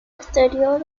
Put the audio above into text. exterior